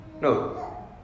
No